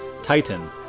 Titan